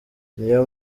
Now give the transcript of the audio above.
niyo